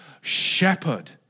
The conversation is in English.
shepherd